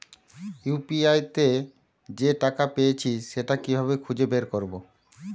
UPI তে যে টাকা পেয়েছি সেটা কিভাবে খুঁজে বের করবো?